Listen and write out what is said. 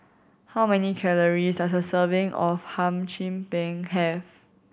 how many calories does a serving of Hum Chim Peng have